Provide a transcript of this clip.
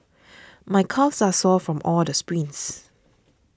my calves are sore from all the sprints